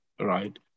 right